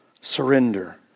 surrender